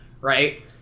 right